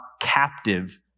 captive